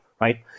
right